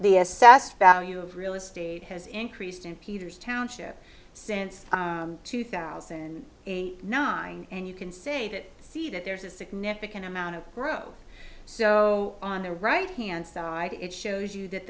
the assessed value of real estate has increased in peters township since two thousand and nine and you can see it see that there's a significant amount of growth so on the right hand side it shows you that